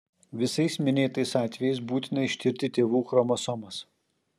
visais minėtais atvejais būtina ištirti tėvų chromosomas